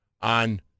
on